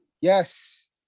Yes